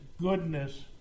goodness